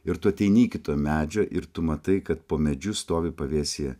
ir tu ateini iki to medžio ir tu matai kad po medžiu stovi pavėsyje